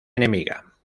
enemiga